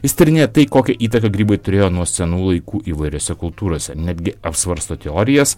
jis tyrinėja tai kokią įtaką grybai turėjo nuo senų laikų įvairiose kultūrose netgi apsvarsto teorijas